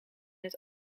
het